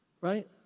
right